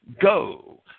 Go